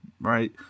Right